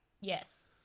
Yes